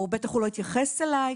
או בטח הוא לא התייחס אליי.